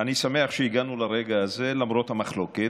אני שמח שהגענו לרגע הזה למרות המחלוקת,